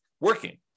working